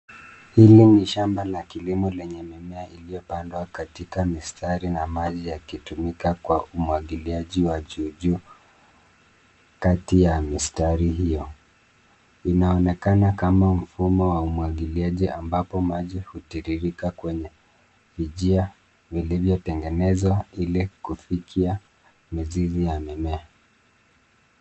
Hili ni shamba la kilimo lenye mimea iliyopandwa katika mistari na maji yakitumika kwa umwagililiaji wa juujuu. Kati ya mistari hiyo inaonekana kama mfumo wa umwagiliaji ambapo maji hutiririka kwenye vijia vilivyotengenezwa ili kufikia mizizi ya mimea.